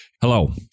Hello